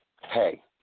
hey